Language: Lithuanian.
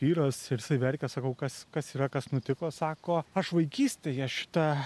vyras ir jisai verkia sakau kas kas yra kas nutiko sako aš vaikystėje šitą